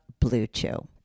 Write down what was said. Bluetooth